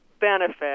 benefit